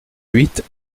huit